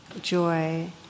joy